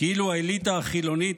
כאילו האליטה החילונית,